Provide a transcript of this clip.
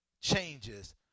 changes